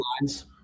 lines